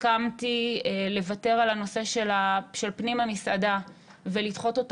הסכמתי לוותר על הנושא של פנים המסעדה ולדחות אותו